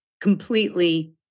completely